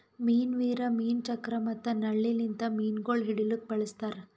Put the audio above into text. ಮೀನು ವೀರ್, ಮೀನು ಚಕ್ರ ಮತ್ತ ನಳ್ಳಿ ಲಿಂತ್ ಮೀನುಗೊಳ್ ಹಿಡಿಲುಕ್ ಬಳಸ್ತಾರ್